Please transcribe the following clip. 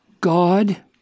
God